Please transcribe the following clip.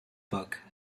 book